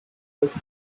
was